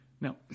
Now